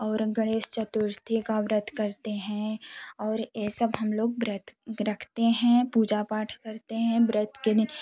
और गणेश चतुर्थी का व्रत करते हैं और यह सब हम लोग व्रत रखते हैं पूजा पाठ करते हैं व्रत के ने